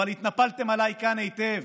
התנפלתם עליי כאן היטב